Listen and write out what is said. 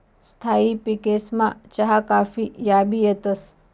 स्थायी पिकेसमा चहा काफी याबी येतंस